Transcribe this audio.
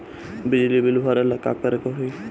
बिजली बिल भरेला का करे के होई?